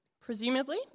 Presumably